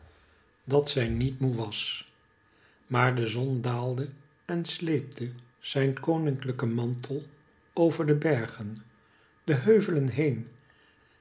dat zij met moe was maar de zon daalde en sleepte zijn koninkiijken mantel over de bergen de heuvelen heen